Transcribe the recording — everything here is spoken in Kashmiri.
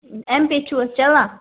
ایم پیٚے چھُ حظ چلان